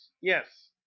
yes